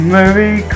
Merry